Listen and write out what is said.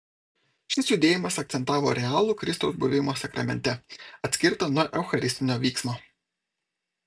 šis judėjimas akcentavo realų kristaus buvimą sakramente atskirtą nuo eucharistinio vyksmo